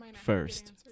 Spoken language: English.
First